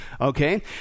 Okay